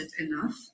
enough